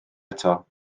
eto